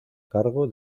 cargo